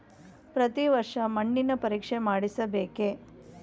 ಪ್ರತಿ ವರ್ಷ ಮಣ್ಣಿನ ಪರೀಕ್ಷೆ ಮಾಡಿಸಬೇಕೇ?